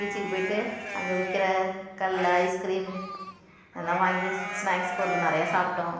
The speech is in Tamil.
பீச்சுக்கு போயிவிட்டு அங்கே விற்கிற கல்ல ஐஸ்கிரீம் எல்லாம் வாங்கி ஸ்னாக்ஸ் பொருள் நிறையா சாப்பிட்டோம்